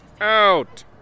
out